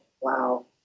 wow